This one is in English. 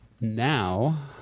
now